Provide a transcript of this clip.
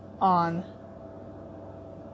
On